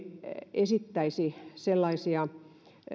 esittäisi